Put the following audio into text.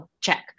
check